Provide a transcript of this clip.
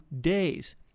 days